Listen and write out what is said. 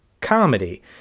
comedy